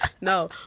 No